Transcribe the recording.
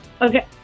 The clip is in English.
Okay